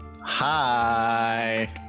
Hi